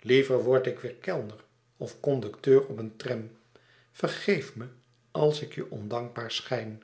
liever word ik weêr kellner of conducteur op een tram vergeef me als ik je ondankbaar schijn